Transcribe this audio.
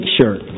shirt